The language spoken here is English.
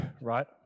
right